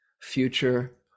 future